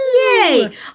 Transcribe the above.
Yay